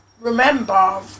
remember